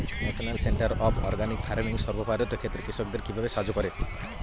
National centre of organic farming সর্বভারতীয় ক্ষেত্রে কৃষকদের কিভাবে সাহায্য করে?